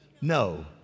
no